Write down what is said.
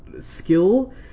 skill